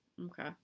Okay